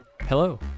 hello